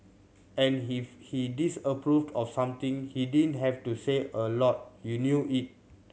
and if he disapproved of something he didn't have to say a lot you knew it